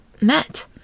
met